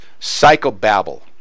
psychobabble